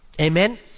Amen